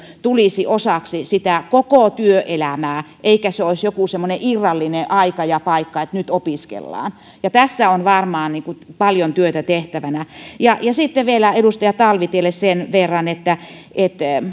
tulisi osaksi sitä koko työelämää eikä se olisi joku semmoinen irrallinen aika ja paikka että nyt opiskellaan tässä on varmaan paljon työtä tehtävänä sitten vielä edustaja talvitielle sen verran että